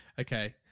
Okay